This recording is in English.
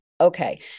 okay